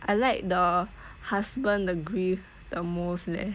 I like the husband the grief the most leh